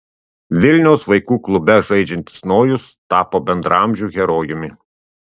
vilniaus vaikų klube žaidžiantis nojus tapo bendraamžių herojumi